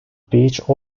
beach